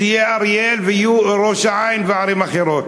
שיהיה כתוב אריאל וראש-העין וערים אחרות,